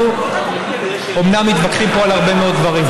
אנחנו אומנם מתווכחים פה על הרבה מאוד דברים,